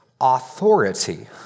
authority